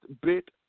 bit